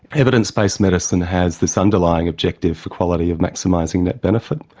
evidence-based medicine has this underlying objective for quality of maximising that benefit.